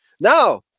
Now